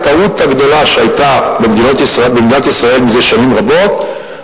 הטעות הגדולה שהיתה במדינת ישראל מזה שנים רבות,